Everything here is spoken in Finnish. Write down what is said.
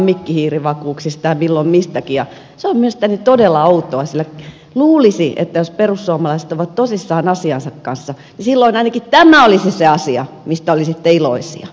se on mielestäni todella outoa sillä luulisi että jos perussuomalaiset ovat tosissaan asiansa kanssa niin silloin ainakin tämä olisi se asia mistä olisitte iloisia